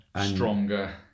stronger